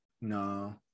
No